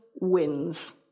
wins